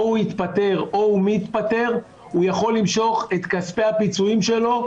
או הוא התפטר או הוא מתפטר הוא יכול למשוך את כספי הפיצויים שלו,